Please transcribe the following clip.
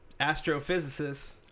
Astrophysicist